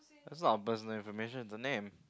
that's not a personal information it's a name